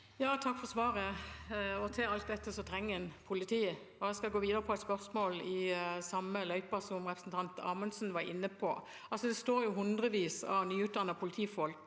Takk for svaret. Til alt dette trenger en politiet. Jeg skal gå videre med et spørsmål i samme løype som representanten Amundsen var inne på. Det står hundrevis av nyutdannede politifolk